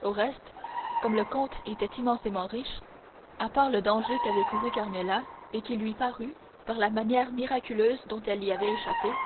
au reste comme le comte était immensément riche à part le danger qu'avait couru carmela et qui lui parut par la manière miraculeuse dont elle y avait échappé